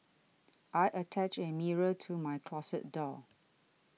I attached a mirror to my closet door